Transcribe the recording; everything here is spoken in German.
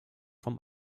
vom